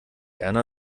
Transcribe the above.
erna